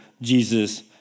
Jesus